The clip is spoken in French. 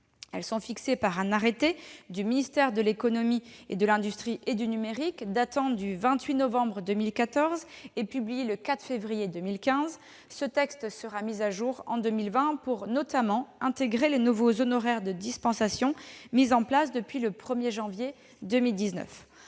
elles sont fixées par un arrêté du ministère de l'économie, de l'industrie et du numérique, datant du 28 novembre 2014 et publié le 4 février 2015. Ce texte sera mis à jour en 2020 pour, notamment, intégrer les nouveaux honoraires de dispensation mis en place depuis le 1 janvier 2019.